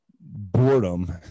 boredom